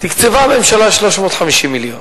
תקצבה הממשלה 350 מיליון.